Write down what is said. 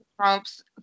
Trump's